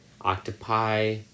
Octopi